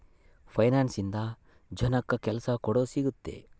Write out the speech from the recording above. finance ಇಂದ ಜನಕ್ಕಾ ಕೆಲ್ಸ ಕೂಡ ಸಿಗುತ್ತೆ